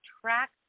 track